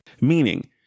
Meaning